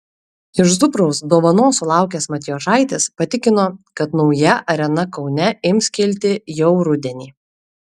iš zubraus dovanos sulaukęs matijošaitis patikino kad nauja arena kaune ims kilti jau rudenį